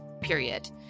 period